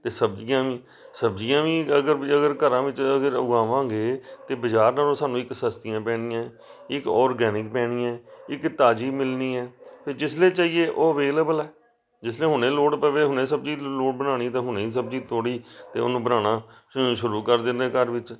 ਅਤੇ ਸਬਜ਼ੀਆਂ ਸਬਜ਼ੀਆਂ ਵੀ ਅਗਰ ਅਗਰ ਘਰਾਂ ਵਿੱਚ ਅਗਰ ਉਗਾਵਾਂਗੇ ਤਾਂ ਬਜ਼ਾਰ ਨਾਲੋਂ ਸਾਨੂੰ ਇੱਕ ਸਸਤੀਆਂ ਪੈਣੀਆਂ ਇੱਕ ਔਰਗੈਨਿਕ ਪੈਣੀਆਂ ਇੱਕ ਤਾਜ਼ੀ ਮਿਲਣੀ ਹੈ ਅਤੇ ਜਿਸ ਵੇਲੇ ਚਾਹੀਏ ਉਹ ਅਵੇਲੇਬਲ ਹੈ ਜਿਸ ਤਰ੍ਹਾਂ ਹੁਣੇ ਲੋੜ ਪਵੇ ਹੁਣੇ ਸਬਜ਼ੀ ਲੋੜ ਬਣਾਉਣੀ ਤਾਂ ਹੁਣੇ ਸਬਜ਼ੀ ਤੋੜੀ ਅਤੇ ਉਹਨੂੰ ਬਣਾਉਣਾ ਸ਼ੁਰੂ ਕਰ ਦਿੰਦੇ ਘਰ ਵਿੱਚ